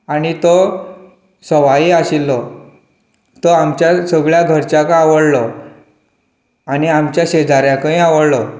आनी तो सवाय आशिल्लो तो आमच्या सगळ्या घरच्यांक आवडलो आनी आमच्या शेजाऱ्याकय आवडलो